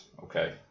Okay